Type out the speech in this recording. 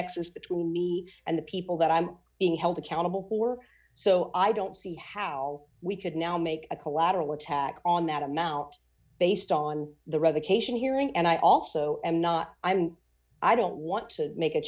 between me and the people that i'm being held accountable for so i don't see how we could now make a collateral attack on that amount based on the revocation hearing and i also am not i mean i don't want to make a